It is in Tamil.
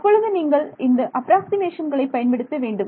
அப்பொழுது நீங்கள் இந்த அப்ராக்ஸிமேஷன்களை பயன்படுத்த வேண்டும்